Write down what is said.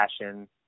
passion